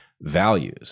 values